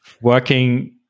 working